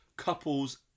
Couples